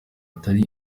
atari